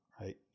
right